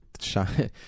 shine